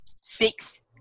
six